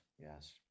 yes